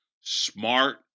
Smart